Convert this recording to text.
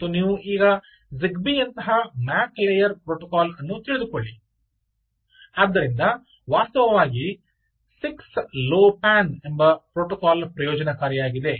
ಮತ್ತು ನೀವು Zigbee ನಂತಹ ಮ್ಯಾಕ್ ಲೇಯರ್ ಪ್ರೋಟೋಕಾಲ್ ಅನ್ನು ತಿಳಿದುಕೊಳ್ಳಿ ಆದ್ದರಿಂದ ವಾಸ್ತವವಾಗಿ 6 ಲೋ ಪ್ಯಾನ್ ಎಂಬ ಪ್ರೋಟೋಕಾಲ್ ಪ್ರಯೋಜನಕಾರಿಯಾಗಿದೆ